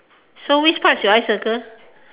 so which part should I circle